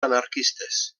anarquistes